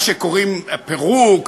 מה שקוראים פירוק,